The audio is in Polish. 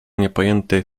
niepojęty